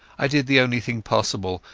i did the only thing possible,